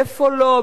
איפה לא?